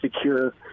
secure